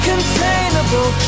Containable